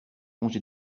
congé